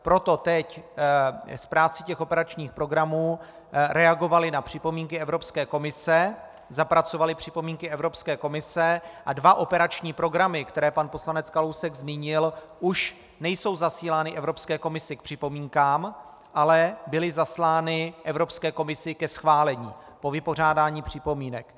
Proto teď správci operačních programů reagovali na připomínky Evropské komise, zapracovali připomínky Evropské komise a dva operační programy, které pan poslanec Kalousek zmínil, už nejsou zasílány Evropské komisi k připomínkám, ale byly zaslány Evropské komisi ke schválení po vypořádání připomínek.